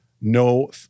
No